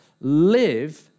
live